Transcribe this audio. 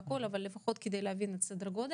אבל לפחות נרצה להבין את סדר הגודל.